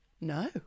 no